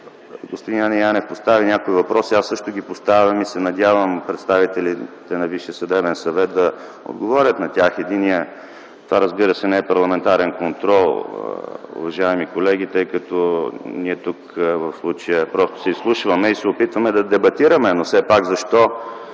Яне Янев постави някои въпроси, аз също ги поставям и се надявам представителите на Висшия съдебен съвет да отговорят на тях. Разбира се, това не е парламентарен контрол, уважаеми колеги, тъй като ние тук в случая просто се изслушваме и се опитваме да дебатираме, но все пак защо